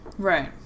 Right